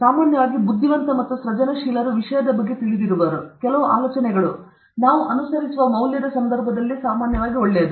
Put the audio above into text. ಸಾಮಾನ್ಯವಾಗಿ ಬುದ್ಧಿವಂತ ಮತ್ತು ಸೃಜನಶೀಲರು ವಿಷಯದ ಬಗ್ಗೆ ತಿಳಿದಿರುವವರು ಕೆಲವು ಆಲೋಚನೆಗಳು ನಾವು ಅನುಸರಿಸುವ ಮೌಲ್ಯದ ಸಂದರ್ಭದಲ್ಲಿ ಸಾಮಾನ್ಯವಾಗಿ ಒಳ್ಳೆಯದು